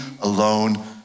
alone